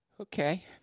Okay